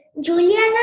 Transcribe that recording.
juliana